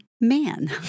man